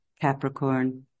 Capricorn